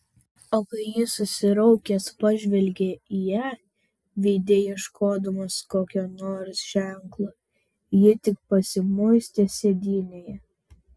o kai jis susiraukęs pažvelgė į ją veide ieškodamas kokio nors ženklo ji tik pasimuistė sėdynėje